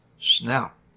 Snap